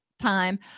time